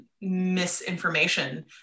misinformation